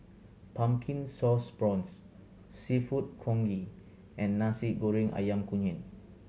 Pumpkin Sauce Prawns Seafood Congee and Nasi Goreng Ayam Kunyit